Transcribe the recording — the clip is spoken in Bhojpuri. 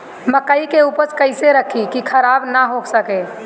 मकई के उपज कइसे रखी की खराब न हो सके?